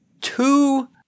two